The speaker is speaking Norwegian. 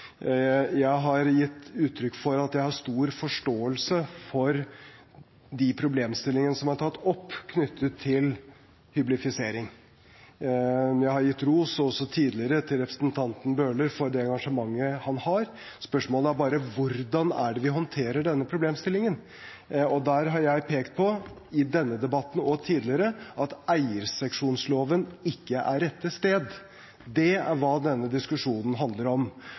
Jeg har gitt uttrykk for at jeg har stor forståelse for de problemstillinger som er tatt opp, knyttet til hyblifisering. Jeg har også tidligere gitt ros til representanten Bøhler for det engasjementet han har. Spørsmålet er bare hvordan vi håndterer denne problemstillingen. Der har jeg pekt på – i denne debatten og tidligere – at eierseksjonsloven ikke er rett sted. Det er hva denne diskusjonen handler om.